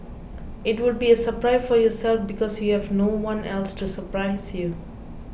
it will be a surprise for yourself because you have no one else to surprise you